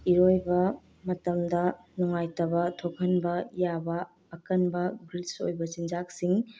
ꯏꯔꯣꯏꯕ ꯃꯇꯝꯗ ꯅꯨꯡꯉꯥꯏꯇꯕ ꯊꯣꯛꯍꯟꯕ ꯌꯥꯕ ꯑꯀꯟꯕ ꯒ꯭ꯔꯤꯁ ꯑꯣꯏꯕ ꯆꯤꯟꯖꯥꯛꯁꯤꯡ